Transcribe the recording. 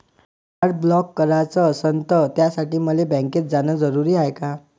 Card block कराच असनं त त्यासाठी मले बँकेत जानं जरुरी हाय का?